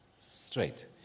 straight